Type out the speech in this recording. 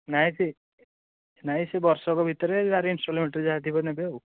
ନାଇଁ ସେ ନାଇଁ ସେ ବର୍ଷକ ଭିତରେ ଯାହାର ଇନ୍ଷ୍ଟଲ୍ମ୍ଣ୍ଟ ରେ ଯାହା ଥିବ ସେ ନେବେ ଆଉ